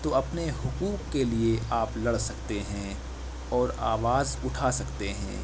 تو اپنے حقوق کے لیے آپ لڑ سکتے ہیں اور آواز اٹھا سکتے ہیں